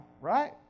right